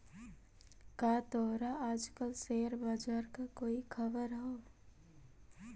का तोहरा आज कल शेयर बाजार का कोई खबर हवअ